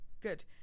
good